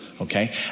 okay